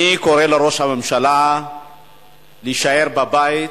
אני קורא לראש הממשלה להישאר בבית,